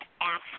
ask